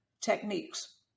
techniques